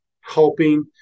helping